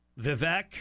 Vivek